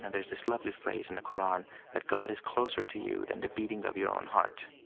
there's this lovely phrase in the qur'an that god is closer to you than the beating of your own heart.